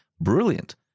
brilliant